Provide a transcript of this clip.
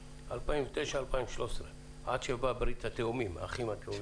ב-2009 עד 2013, עד שבאה ברית האחים התאומים.